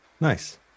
nice